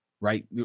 right